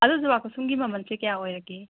ꯑꯗꯨ ꯖꯨꯕꯥꯀꯨꯁꯨꯝꯒꯤ ꯃꯃꯜꯁꯤ ꯀꯌꯥ ꯑꯣꯏꯔꯒꯦ